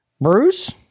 Bruce